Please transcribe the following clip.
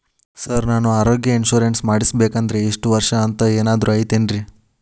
Sir ನಾನು ಆರೋಗ್ಯ insurance ಮಾಡಿಸ್ಬೇಕಂದ್ರೆ ಇಷ್ಟ ವರ್ಷ ಅಂಥ ಏನಾದ್ರು ಐತೇನ್ರೇ?